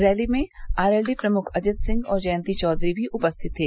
rally में R L D प्रमुख अजित सिंह और जयंती चौधरी भी उपस्थित थे